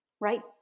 right